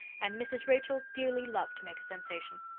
and mrs. rachel dearly loved to make a sensation.